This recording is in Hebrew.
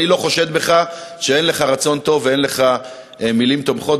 אני לא חושד בך שאין לך רצון טוב ואין לך מילים תומכות,